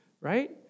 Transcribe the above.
right